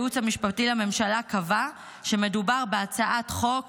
הייעוץ המשפטי לממשלה קבע שמדובר בהצעת חוק